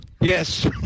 Yes